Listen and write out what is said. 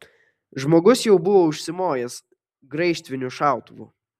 žmogus jau buvo užsimojęs graižtviniu šautuvu